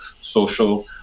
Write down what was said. social